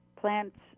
plants